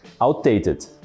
outdated